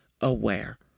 aware